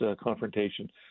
confrontation